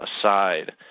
aside